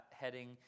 heading